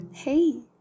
Hey